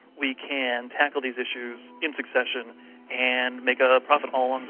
we can tackle these issues in succession and make a profit all